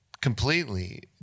Completely